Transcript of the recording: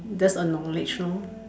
that's the knowledge lor